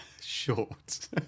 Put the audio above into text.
short